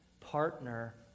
partner